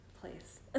place